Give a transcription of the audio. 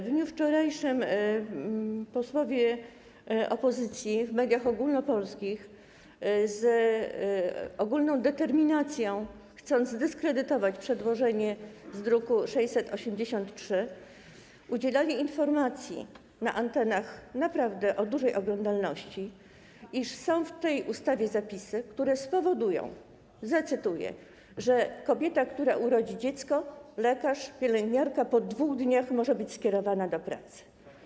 W dniu wczorajszym posłowie opozycji w mediach ogólnopolskich, z ogólną determinacją chcąc zdyskredytować przedłożenie z druku nr 683, udzielali informacji na antenach naprawdę o dużej oglądalności, iż są w tej ustawie zapisy, które spowodują, zacytuję, że kobieta, która urodzi dziecko - lekarz, pielęgniarka - po 2 dniach może być skierowana do pracy.